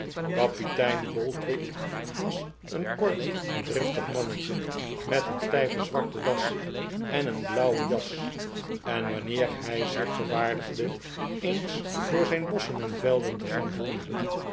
kapitein boldwig was een kort driftig mannetje met een stijve zwarte das en een blauwe jasj en wanneer hij zich verwaardigde eens door zijn bosschen en velden te gaan wandelen